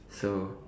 so